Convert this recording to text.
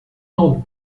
não